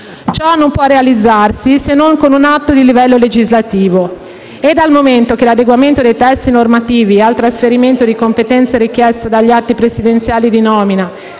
Ciò non può realizzarsi se non con un atto di livello legislativo e, dal momento che l'adeguamento dei testi normativi al trasferimento di competenze richieste dagli atti presidenziali di nomina